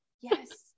Yes